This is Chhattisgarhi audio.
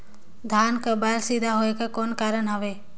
धान कर बायल सीधा होयक कर कौन कारण हवे?